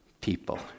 people